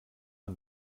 man